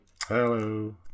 Hello